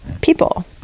people